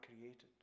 created